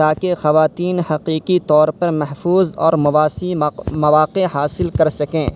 تاکہ خواتین حقیقی طور پر محفوظ اور مساوی مواقع حاصل کر سکیں